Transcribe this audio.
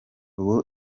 ubu